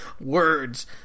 words